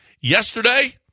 yesterday